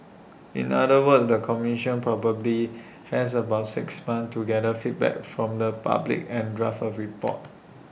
in other words the commission probably has about six months to gather feedback from the public and draft A report